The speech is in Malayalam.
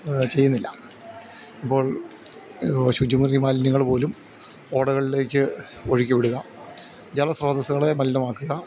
ചെയ്യുന്നില്ല ഇപ്പോൾ ശുചിമുറി മാലിന്യങ്ങൾ പോലും ഓടകളിലേക്ക് ഒഴുക്കി വിടുക ജലസ്രോതസ്സുകളെ മലിനമാക്കുക